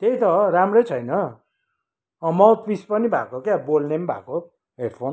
त्यही त राम्रै छैन अँ माउथपिस पनि भएको क्या बोल्ने पनि भएको